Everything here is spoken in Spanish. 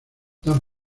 dan